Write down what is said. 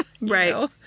Right